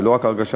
ולא רק ההרגשה,